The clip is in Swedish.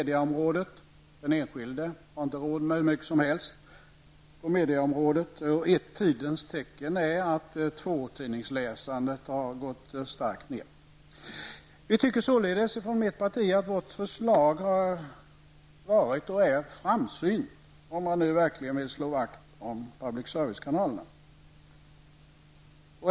Den enskilde har inte råd med hur mycket som helst på medieområdet. Ett tidens tecken är att tvåtidningsläsandet starkt har gått ned. Vi i vårt parti anser således att vårt förslag har varit och är framsynt, om man nu verkligen vill slå vakt om public service-kanalerna.